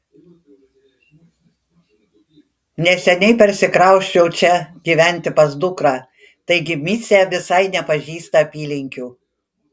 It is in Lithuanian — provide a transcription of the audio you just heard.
neseniai persikrausčiau čia gyventi pas dukrą taigi micė visai nepažįsta apylinkių